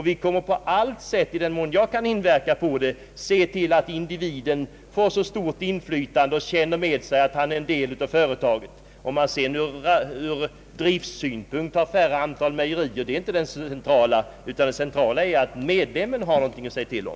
Jag kommer därför i den mån jag kan inverka på det att på allt sätt försöka se till att individen får så stort inflytande som möjligt och känner med sig att han är en del av företaget. Om det sedan ur driftssynpunkt finns ett färre antal mejerier är inte det centrala, utan det väsentliga är att den enskilde medlemmen har något att säga till om.